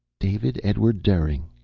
david edward derring.